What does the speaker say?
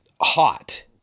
hot